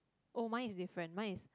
oh mine is different mine is